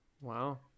Wow